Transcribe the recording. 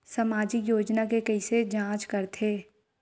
सामाजिक योजना के कइसे जांच करथे?